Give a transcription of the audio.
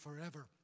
forever